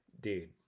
Dude